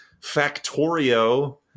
factorio